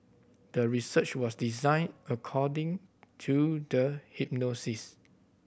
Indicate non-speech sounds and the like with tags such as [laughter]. the research was designed according to the [unintelligible]